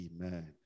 Amen